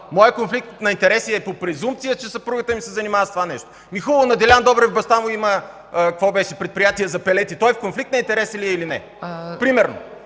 Моят конфликт на интереси е по презумпция, че съпругата ми се занимава с това нещо. Хубаво, на Делян Добрев баща му има предприятие за пелети. Той в конфликт на интереси ли е, или не е?!